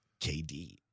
KD